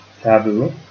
taboo